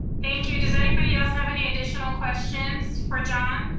thank you. does anybody else have any additional questions for john?